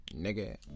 Nigga